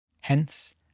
Hence